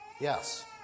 yes